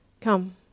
come